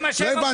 מה זה משנה?